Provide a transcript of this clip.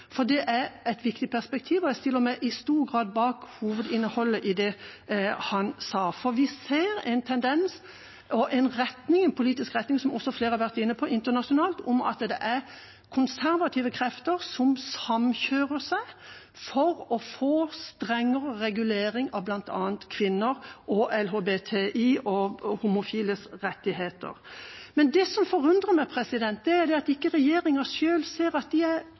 for det er et viktig perspektiv. Jeg stiller meg i stor grad bak hovedinnholdet i det han sa, for vi ser en tendens og en politisk retning internasjonalt, som også flere har vært inne på, der konservative krefter samkjører seg for å få strengere regulering av bl.a. kvinner og LHBTIQs rettigheter. Men det som forundrer meg, er at ikke regjeringa selv ser at de er